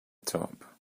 top